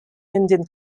indian